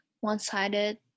one-sided